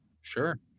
sure